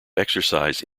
exercise